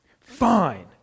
Fine